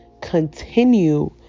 continue